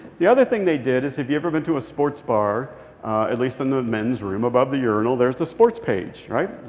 the other thing they did is, have you ever been to a sports bar at least in the men's room, above the urinal, there's the sports page, right?